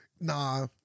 Nah